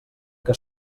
que